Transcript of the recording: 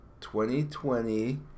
2020